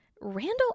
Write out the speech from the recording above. Randall